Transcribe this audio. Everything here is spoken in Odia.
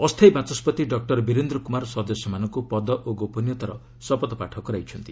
ଅସ୍ଥାୟୀ ବାଚସ୍କତି ଡକୁର ବୀରେନ୍ଦ୍ର କୁମାର ସଦସ୍ୟମାନଙ୍କୁ ପଦ ଓ ଗୋପନୀୟତାର ଶପଥପାଠ କରାଇଛନ୍ତି